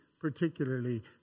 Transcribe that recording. particularly